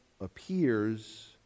appears